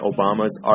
Obama's